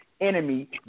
enemy